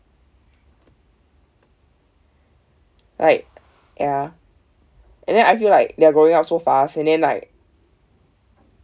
like ya and then I feel like they're growing up so fast and then like